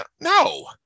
no